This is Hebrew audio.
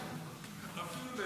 נתקבל.